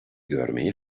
görmeyi